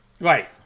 Right